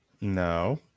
No